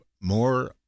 more